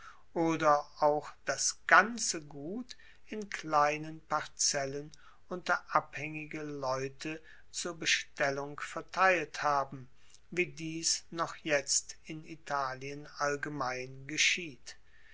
oder auch das ganze gut in kleinen parzellen unter abhaengige leute zur bestellung verteilt haben wie dies noch jetzt in italien allgemein geschieht